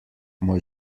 moj